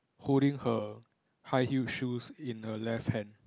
holding her high heel shoes in her left hand